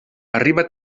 arriba